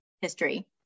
history